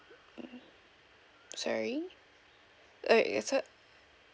mm sorry okay so